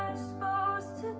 supposed